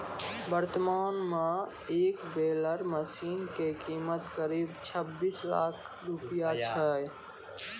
वर्तमान मॅ एक बेलर मशीन के कीमत करीब छब्बीस लाख रूपया छै